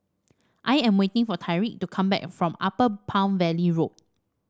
I am waiting for Tyrique to come back from Upper Palm Valley Road